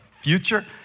future